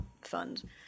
fund